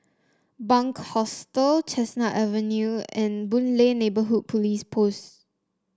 Bunc Hostel Chestnut Avenue and Boon Lay Neighbourhood Police Post